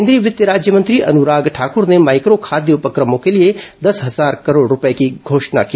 केंद्रीय वित्त राज्यमंत्री अनुराग ठाकूर ने माइक्रो खाद्य उपक्रमों के लिए दस हजार करोड़ रुपये की योजना की घोषणा की